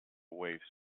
waves